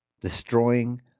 Destroying